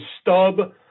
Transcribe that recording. stub